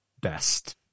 best